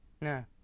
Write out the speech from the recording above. No